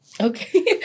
Okay